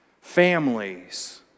Families